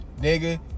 nigga